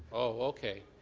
oh, okay.